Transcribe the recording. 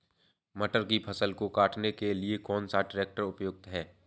मटर की फसल को काटने के लिए कौन सा ट्रैक्टर उपयुक्त है?